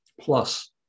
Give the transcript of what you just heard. Plus